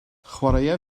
chwaraea